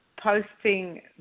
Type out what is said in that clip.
posting